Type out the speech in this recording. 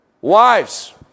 Wives